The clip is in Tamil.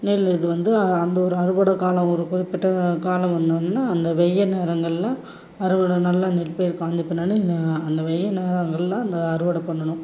நெல் இது வந்து அந்த ஒரு அறுவடை காலம் ஒரு குறிப்பிட்ட காலம் வந்தவுன்னே அந்த வெய்ய நேரங்களில் அறுவடை நல்ல நெற்பயிர் காய்ந்த பின்னாடி அந்த வெய்ய நேரங்களில் அந்த அறுவடை பண்ணணும்